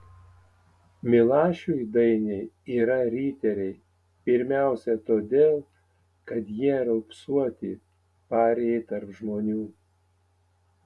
milašiui dainiai yra riteriai pirmiausia todėl kad jie raupsuoti parijai tarp žmonių